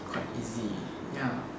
quite easy ya